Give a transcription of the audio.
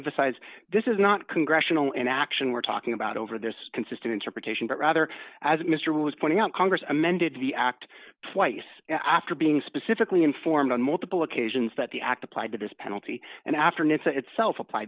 emphasize this is not congressional inaction we're talking about over there's consistent interpretation but rather as mr was pointing out congress amended the act twice after being specifically informed on multiple occasions that the act applied to this penalty and afternoon to itself apply